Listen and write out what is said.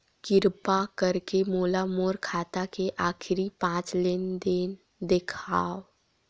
किरपा करके मोला मोर खाता के आखिरी पांच लेन देन देखाव